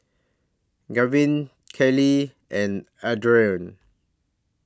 Gavyn Kaye and Ardeth